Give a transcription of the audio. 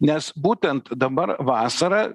nes būtent dabar vasarą